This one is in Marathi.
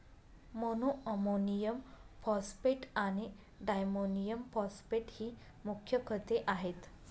मोनोअमोनियम फॉस्फेट आणि डायमोनियम फॉस्फेट ही मुख्य खते आहेत